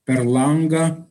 per langą